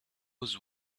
was